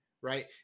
right